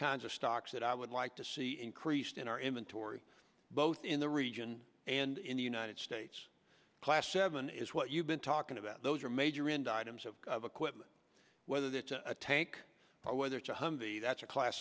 kinds of stocks that i would like to see increased in our inventory both in the region and in the united states class seven is what you've been talking about those are major indict him equipment whether that's a tank or whether it's a humvee that's a class